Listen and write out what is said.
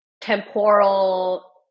temporal